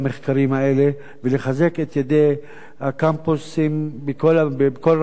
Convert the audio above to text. ולחזק את ידי הקמפוסים בכל רחבי המדינה,